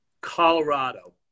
Colorado